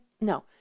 no